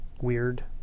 weird